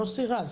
מוסי רז,